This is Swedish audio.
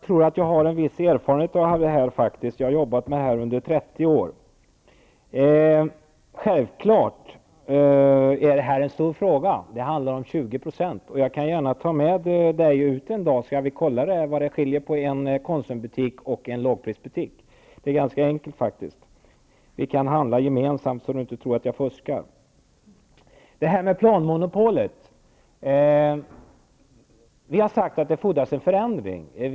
Fru talman! Jag tror kanske att jag har en viss erfarenhet av detta. Jag har jobbat med det under 30 år. Självfallet är det här en stor fråga. Det handlar om 20 %. Jag kan gärna ta med Rune Evensson ut en dag, så skall vi kolla vad det skiljer på mellan en Konsumbutik och en lågprisbutik. Det är ganska enkelt. Vi kan handla gemensamt, så att Rune Evensson inte tror att jag fuskar. Vi har sagt att det fordras en förändring i planmonopolet.